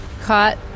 caught